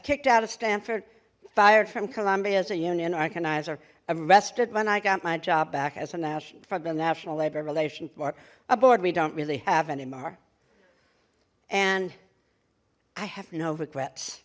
kicked out of stanford fired from columbia as a union organizer arrested when i got my job back as a national for the national labor relations board a board we don't really have any more and i have no regrets